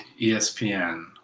espn